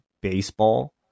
baseball